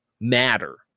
matter